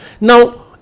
now